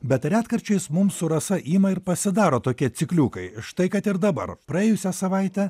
bet retkarčiais mums su rasa ima ir pasidaro tokie cikliukai štai kad ir dabar praėjusią savaitę